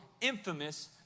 infamous